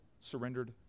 surrendered